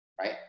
Right